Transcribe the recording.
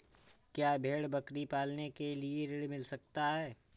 क्या भेड़ बकरी पालने के लिए ऋण मिल सकता है?